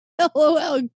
Lol